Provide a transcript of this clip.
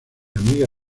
amiga